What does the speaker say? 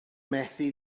methu